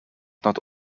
not